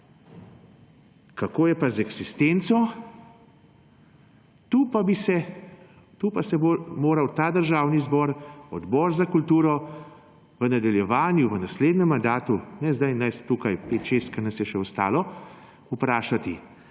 Kako je pa z eksistenco, tu pa se bo moral ta državni zbor, Odbor za kulturo v nadaljevanju, v naslednjem mandatu, – ne sedaj nas tukaj pet, šest, ki smo še ostali – vprašati,